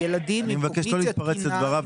אני מבקש לא להתפרץ לדבריו.